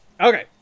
Okay